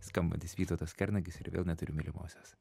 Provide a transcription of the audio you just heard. skambantis vytautas kernagis ir vėl neturiu mylimosios